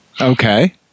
Okay